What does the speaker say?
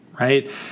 right